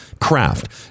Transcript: craft